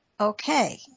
okay